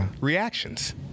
reactions